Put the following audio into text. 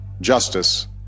justice